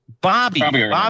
Bobby